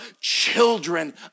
children